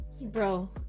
bro